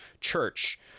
Church